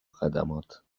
خدمات